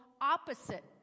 opposite